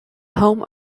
home